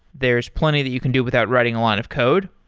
there's plenty that you can do without writing a lot of code,